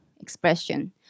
expression